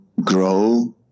grow